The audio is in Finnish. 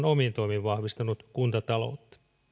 omin toimin vahvistanut kuntataloutta